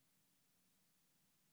דיברתי פה על הסטודנטים החרדים,